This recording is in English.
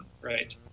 Right